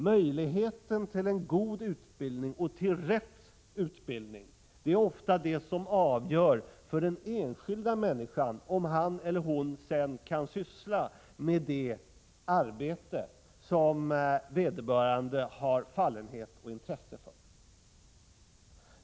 Möjligheten till en god utbildning och till rätt utbildning är ofta det som avgör för den enskilda människan om han eller hon sedan kan syssla med det arbete som vederbörande har fallenhet och intresse för.